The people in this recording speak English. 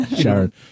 Sharon